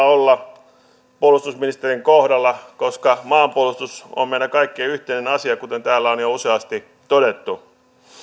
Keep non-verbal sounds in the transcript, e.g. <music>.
<unintelligible> olla puolustusministerin kohdalla koska maanpuolustus on meidän kaikkien yhteinen asia kuten täällä on jo useasti todettu